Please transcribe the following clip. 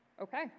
Okay